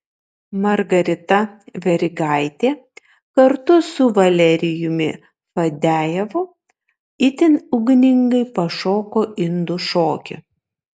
margarita verigaitė kartu su valerijumi fadejevu itin ugningai pašoko indų šokį